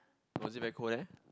was it very cold there